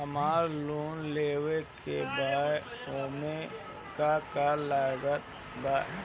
हमरा लोन लेवे के बा ओमे का का लागत बा?